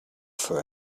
for